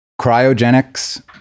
Cryogenics